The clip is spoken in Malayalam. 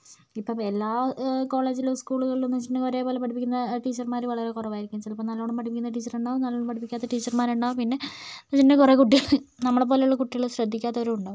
ഇപ്പം എല്ലാ കോളേജിലും സ്കൂളുകളിലും എന്നുവെച്ചിട്ടുണ്ടെങ്കിൽ ഒരേപോലെ പഠിപ്പിക്കുന്ന ടീച്ചർമാർ വളരെ കുറവായിരിക്കും ചിലപ്പോൾ നല്ലവണ്ണം പഠിപ്പിക്കുന്ന ടീച്ചർ ഉണ്ടാകും നല്ലവണ്ണം പഠിപ്പിക്കാത്ത ടീച്ചർമാർ ഉണ്ടാകും പിന്നെ കുറേ കുട്ടികൾ നമ്മളെപ്പോലെയുള്ള കുട്ടികൾ ശ്രദ്ധിക്കാത്തവരും ഉണ്ടാകും